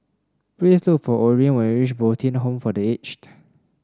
please look for Orene when you reach Bo Tien Home for The Aged